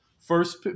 First